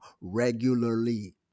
regularly